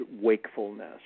wakefulness